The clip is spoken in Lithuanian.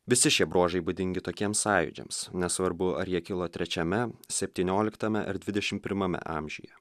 visi šie bruožai būdingi tokiems sąjūdžiams nesvarbu ar jie kilo trečiame septynioliktame ar dvidešimt pirmame amžiuje